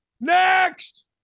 next